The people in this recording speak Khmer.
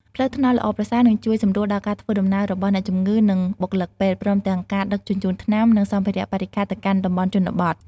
ផ្លូវថ្នល់ល្អប្រសើរ នឹងជួយសម្រួលដល់ការធ្វើដំណើររបស់អ្នកជំងឺ និងបុគ្គលិកពេទ្យ ព្រមទាំងការដឹកជញ្ជូនថ្នាំ និងសម្ភារៈបរិក្ខារទៅកាន់តំបន់ជនបទ។